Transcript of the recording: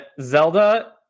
Zelda